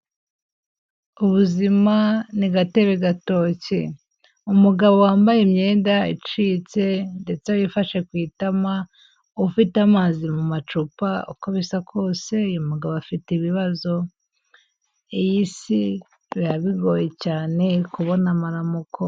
Ubuzima ni gatebe gatoki, umugabo wambaye imyenda icitse ndetse wifashe ku itama ufite amazi mu macupa uko bisa kose uyu mugabo afite ibibazo, iyi si biba bigoye cyane kubona amaramuko.